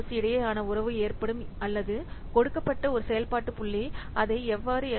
C இடையேயான உறவு ஏற்படும் அல்லது கொடுக்கப்பட்ட ஒரு செயல்பாட்டு புள்ளி அதை எவ்வாறு எஸ்